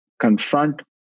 confront